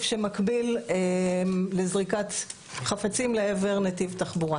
שמקביל לזריקת חפצים לעבר נתיב תחבורה